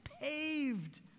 paved